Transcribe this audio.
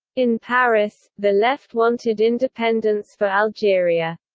in paris, the left wanted independence for algeria.